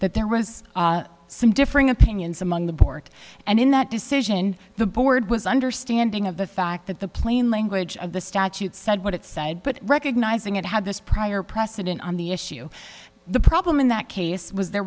that there was some differing opinions among the board and in that decision the board was understanding of the fact that the plain language of the statute said what it said but recognizing it had this prior precedent on the issue the problem in that case was there